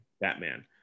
Batman